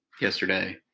yesterday